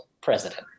president